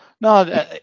no